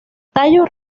tallos